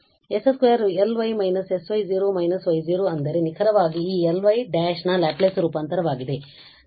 s2Ly − sy − y ಅಂದರೆ ನಿಖರವಾಗಿ ಈ Ly′ ನ ಲ್ಯಾಪ್ಲೇಸ್ ರೂಪಾಂತರವಾಗಿದೆ